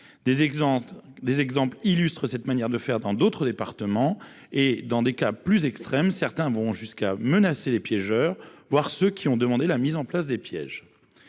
Des exemples illustrent une telle manière de faire dans d’autres départements. Et, dans des cas plus extrêmes, certains vont jusqu’à menacer les piégeurs, voire ceux qui ont demandé la mise en place des pièges…